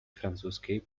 francuskiej